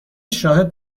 شاهد